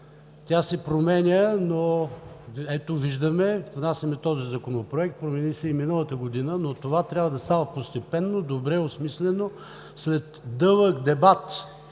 Тя се променя, но ето, виждаме, внасяме този Законопроект – промени се и миналата година, но това трябва да става постепенно, добре осмислено, след дълъг дебат,